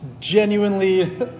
Genuinely